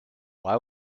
why